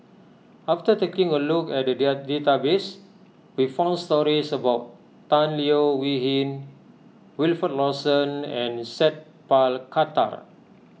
after taking a look at the dear database we found stories about Tan Leo Wee Hin Wilfed Lawson and Sat Pal Khattar